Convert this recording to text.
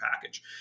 package